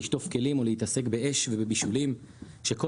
לשטוף כלים או להתעסק באש ובבישולים כשכל